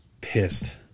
pissed